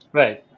right